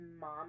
mom